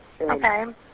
Okay